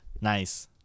Nice